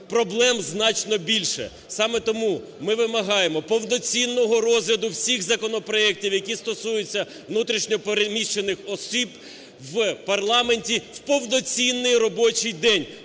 проблем значно більше. Саме тому ми вимагаємо повноцінного розгляду всіх законопроектів, які стосуються внутрішньо переміщених осіб в парламенті в повноцінний робочій день.